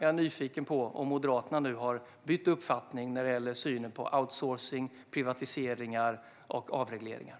Jag är nyfiken på om Moderaterna nu har bytt uppfattning när det gäller synen på outsourcing, privatiseringar och avregleringar.